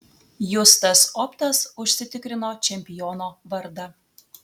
justas optas užsitikrino čempiono vardą